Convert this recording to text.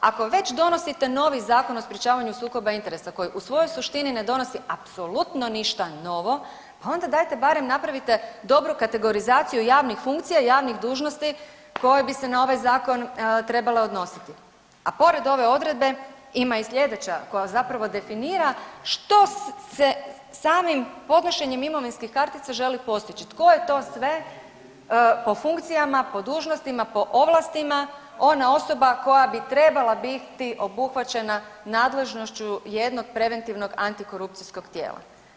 Ako već donosite novi Zakon o sprječavanju sukoba interesa koji u svojoj suštini ne donosi apsolutno ništa novo, pa onda dajte barem napravite dobru kategorizaciju javnih funkcija, javnih dužnosti koje bi se na ovaj zakon trebale odnositi, a pored ove odredbe ima i sljedeća koja zapravo definira što se samim podnošenjem imovinskih kartica želi postići, tko je to sve po funkcijama, po dužnostima, po ovlastima ona osoba koja bi trebala biti obuhvaćena nadležnošću jednog preventivnog antikorupcijskog tijela.